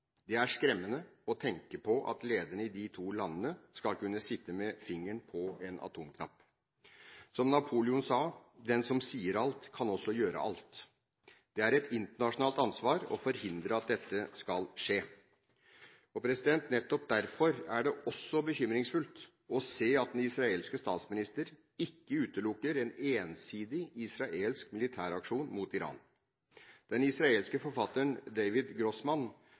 Det er skremmende å tenke på at lederne i de to landene skal kunne sitte med fingeren på en atomknapp. Som Napoleon sa: Den som sier alt, kan også gjøre alt. Det er et internasjonalt ansvar å forhindre at dette skal skje. Nettopp derfor er det også bekymringsfullt å se at den israelske statsminister ikke utelukker en ensidig israelsk militæraksjon mot Iran. Den israelske forfatteren David Grossman